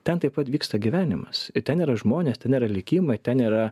ten taip pat vyksta gyvenimas ten yra žmonės ten yra likimai ten yra